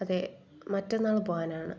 അതെ മറ്റന്നാൾ പോകാനാണ്